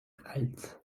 halte